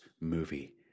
movie